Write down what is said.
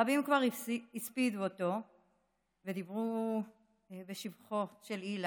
רבים כבר הספידו אותו ודיברו בשבחו של אילן,